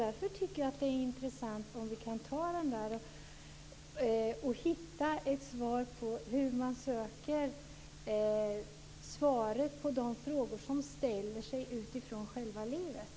Därför tycker jag att det är intressant om vi kan hitta ett svar på hur man söker svaret på de frågor som ställer sig utifrån själva livet.